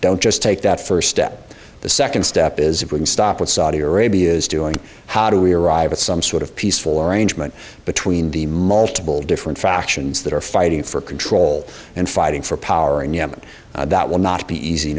don't just take that first step the second step is it would stop with saudi arabia's doing how do we arrive at some sort of peaceful arrangement between the multiple different factions that are fighting for control and fighting for power in yemen that will not be easy